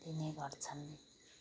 दिने गर्छन्